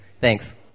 Thanks